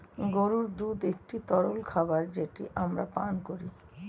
গরুর দুধ একটি তরল খাবার যেটা আমরা পান করি